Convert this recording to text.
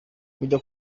kujya